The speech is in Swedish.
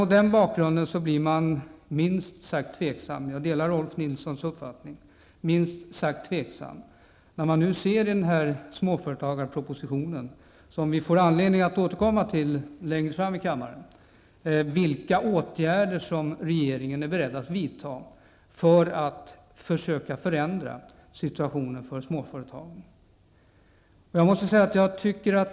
Mot denna bakgrund blir man minst sagt tveksam -- jag delar Rolf L Nilsons uppfattning -- när man nu i småföretagarpropositionen, som vi längre fram får anledning att återkomma till, ser vilka åtgärder som regeringen är beredda att vidta för att försöka förändra situationen för småföretagen.